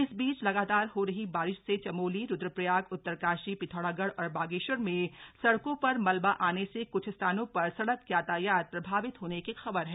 इस बीच लगातार हो रही बारिश से चमोली रुद्रप्रयाग उत्तरकाशी पिथौरागढ़ और बागेश्वर में सड़कों पर मलबा आने से क्छ स्थानों पर सड़क यातायात प्रभावित होने की खबर है